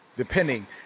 depending